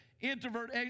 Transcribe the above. introvert